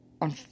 on